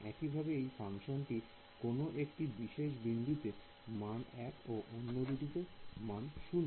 একইভাবে এই ফাংশনটি কোন একটি বিশেষ বিন্দুতে মান 1 ও অন্য বিন্দু গুলিতে মান 0